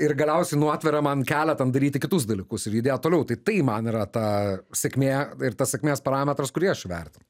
ir galiausiai nu atveria man kelią ten daryti kitus dalykus ir judėt toliau tai tai man yra ta sėkmė ir tas sėkmės parametras kurį aš verti